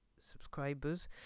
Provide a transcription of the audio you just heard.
subscribers